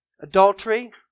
adultery